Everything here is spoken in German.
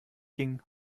ging